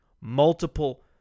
Multiple